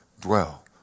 dwell